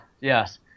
yes